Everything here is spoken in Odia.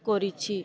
କରିଛି